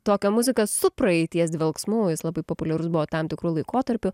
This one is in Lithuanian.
tokia muzika su praeities dvelksmu jis labai populiarus buvo tam tikru laikotarpiu